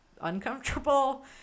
uncomfortable